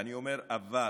ואני אומר אבל,